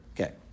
Okay